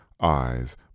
eyes